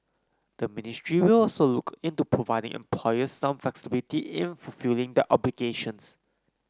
the ministry will also look into providing employers some flexibility in fulfilling their obligations